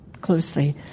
closely